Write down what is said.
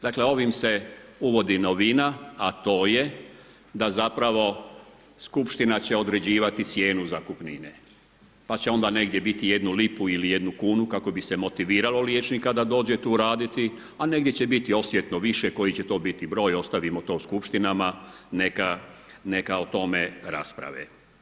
Dakle, ovim se uvodi novina, a to je da zapravo, skupština će određivati cijenu zakupnine, pa će ona negdje biti jednu lipu ili jednu kunu, kako bi se motiviralo liječnika da dođe tu raditi, a negdje će biti osjetno više koji će to biti broj, ostavimo to skupštinama, neka o tome rasprave.